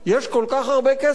יש כל כך הרבה כסף,